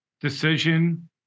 decision